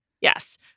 Yes